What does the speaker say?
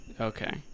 Okay